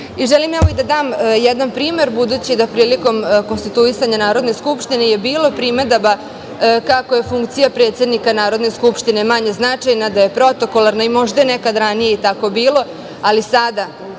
funkciju. Želim da dam jedan primer, budući da prilikom konstituisanja Narodne skupštine je bilo primedaba kako je funkcija predsednika Narodne skupštine manje značajna, da je protokoralna i možda je nekada ranije tako bilo, ali sada